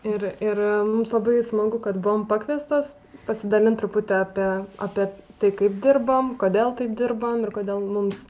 ir ir mums labai smagu kad buvom pakviestos pasidalinti truputį apie apie tai kaip dirbam kodėl taip dirbam ir kodėl mums